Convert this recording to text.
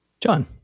John